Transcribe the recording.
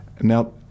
Now